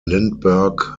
lindbergh